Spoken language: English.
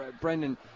Brendan